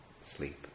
sleep